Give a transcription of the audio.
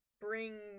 bring